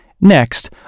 Next